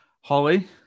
Holly